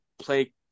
Play